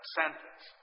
sentence